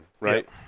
right